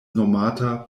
nomata